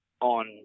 on